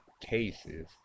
cases